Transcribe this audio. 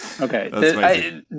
okay